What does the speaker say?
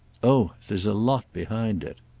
oh there's a lot behind it.